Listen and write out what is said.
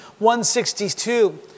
162